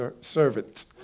servant